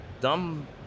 dumb